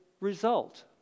result